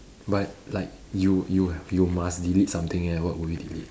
but like you you you must delete something eh what will you delete